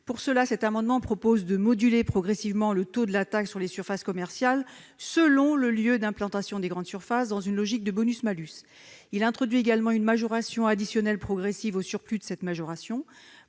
». À cette fin, il est proposé de moduler progressivement le taux de la taxe sur les surfaces commerciales selon le lieu d'implantation des grandes surfaces, dans une logique de « bonus-malus ». Il tend également à introduire une majoration additionnelle progressive au surplus de cette majoration,